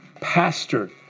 pastor